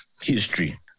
history